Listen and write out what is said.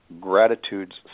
gratitude's